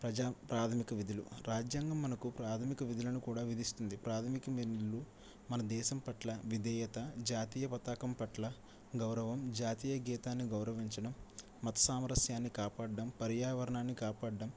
ప్రజా ప్రాథమిక విధులు రాజ్యాంగం మనకు ప్రాథమిక విధులను కూడా విధిస్తుంది ప్రాథమిక విధులు మన దేశం పట్ల విధేయత జాతీయ పతాకం పట్ల గౌరవం జాతీయ గీతాన్ని గౌరవించడం మతసామరస్యాన్ని కాపాడడం పర్యావరణాన్ని కాపాడడం